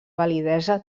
validesa